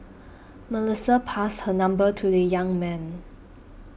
Melissa passed her number to the young man